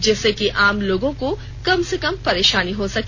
जिससे कि आम लोगों को कम से कम परेषानी हो सके